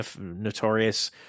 notorious